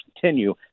continue